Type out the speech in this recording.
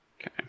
Okay